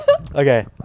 Okay